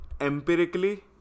empirically